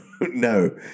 no